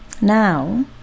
Now